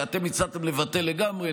אתם הצעתם לבטל לגמרי,